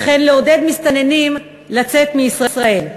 וכן לעודד מסתננים לצאת מישראל.